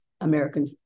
American